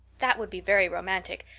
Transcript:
that would be very romantic,